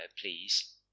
please